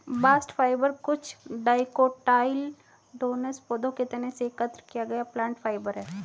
bast fibre कुछ dicotyledonous पौधों के तने से एकत्र किया गया प्लांट फाइबर है